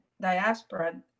diaspora